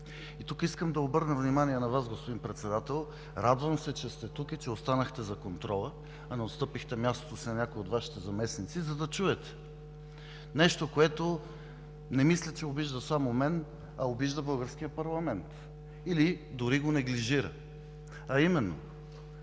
Тук искам да обърна внимание на Вас, господин Председател. Радвам се, че сте тук и че останахте за контрола, а не отстъпихте мястото си на някой от Вашите заместници, за да чуете нещо, което, не мисля, че обижда само мен, а обижда българския парламент, или дори го неглижира, а именно: